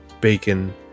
bacon